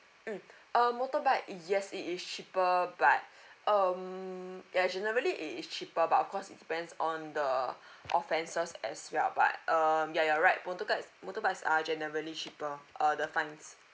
mm um motorbike yes it is cheaper but um ya generally it is cheaper but of course it depends on the offenses as well but um ya you're right motorbikes motorbikes are generally cheaper uh the fines